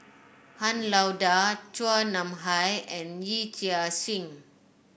Han Lao Da Chua Nam Hai and Yee Chia Hsing